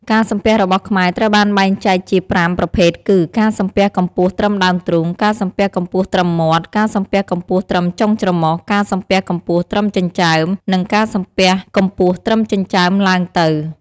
ការសំពះរបស់ខ្មែរត្រូវបានបែងចែកជាប្រាំប្រភេទគឺ ការសំពះកម្ពស់ត្រឹមដើមទ្រូង ការសំពះកម្ពស់ត្រឹមមាត់ ការសំពះកម្ពស់ត្រឹមចុងច្រមុះ ការសំពះកម្ពស់ត្រឹមចិញ្ចើម និងការសំពះកម្ពស់ត្រឹមចិញ្ចើមឡើងទៅ។